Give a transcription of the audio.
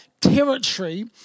territory